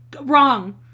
wrong